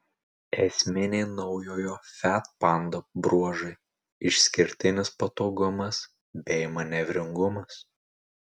esminiai naujojo fiat panda bruožai išskirtinis patogumas bei manevringumas